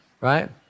Right